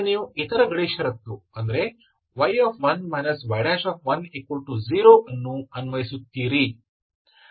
ಈಗ ನೀವು ಇತರ ಗಡಿ ಷರತ್ತು y1 y10 ಅನ್ನು ಅನ್ವಯಿಸುತ್ತೀರಿ